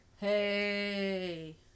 Hey